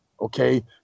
okay